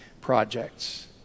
projects